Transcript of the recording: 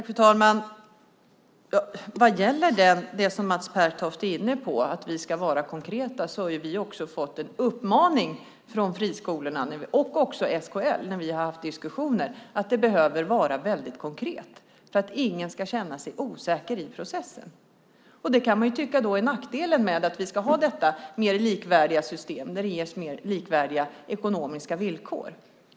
Fru talman! Vad gäller det som Mats Pertoft är inne på att vi ska vara konkreta har vi fått en uppmaning från friskolorna och SKL när vi har haft diskussioner att det behöver vara väldigt konkret för att ingen ska känna sig osäker i processen. Det kan man tycka är nackdelen med att vi ska ha detta mer likvärdiga system där det ges mer likvärdiga ekonomiska villkor.